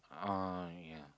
uh yeah